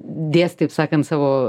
dės taip sakant savo